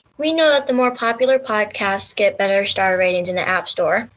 we know that the more popular podcasts get better star ratings in the app store.